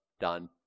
Done